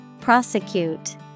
Prosecute